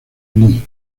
lee